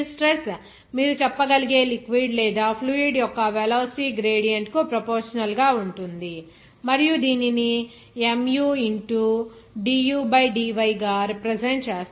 ఈ shear stress మీరు చెప్పగలిగే లిక్విడ్ లేదా ఫ్లూయిడ్ యొక్క వెలాసిటీ గ్రేడియంట్ కు ప్రపోర్షనల్ గా ఉంటుంది మరియు దీనిని mu into du by dy గా రిప్రజెంట్ చేస్తారు